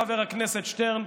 חבר הכנסת שטרן,